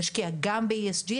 תשקיע גם ב-ESG,